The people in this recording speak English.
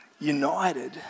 united